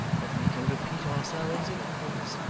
when we can repeat ourselves in others,